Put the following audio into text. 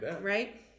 right